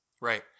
right